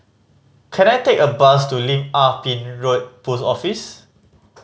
can I take a bus to Lim Ah Pin Road Post Office